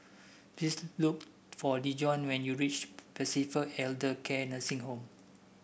please look for Dejon when you reach Pacific Elder Care Nursing Home